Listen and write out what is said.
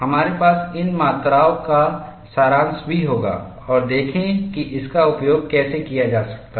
हमारे पास इन मात्राओं का सारांश भी होगा और देखें कि इसका उपयोग कैसे किया जा सकता है